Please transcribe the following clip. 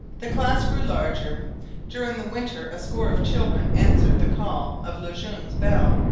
the class grew larger during the winter a score of children answered the call of le jeune's bell,